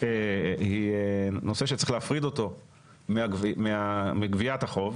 היא נושא שצריך להפריד אותו מגביית החוב,